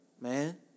man